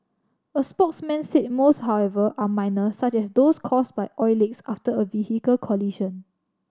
a spokesman said most however are minor such as those caused by oil leaks after a vehicle collision